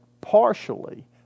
partially